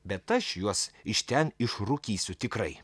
bet aš juos iš ten išrūkysiu tikrai